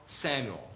Samuel